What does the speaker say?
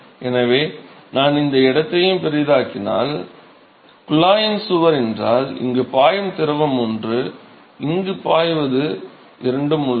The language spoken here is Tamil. எனவே நான் இந்த இடத்தை பெரிதாக்கினால் குழாயின் சுவர் என்றால் இங்கு பாயும் திரவம் ஒன்றும் இங்கு பாய்வது இரண்டும் உள்ளது